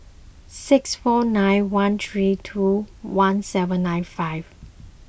six four nine one three two one seven nine five